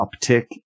uptick